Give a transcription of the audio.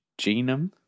genome